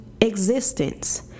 existence